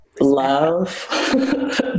love